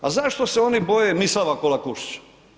A zašto se oni boje Mislava Kolakušića?